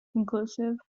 conclusive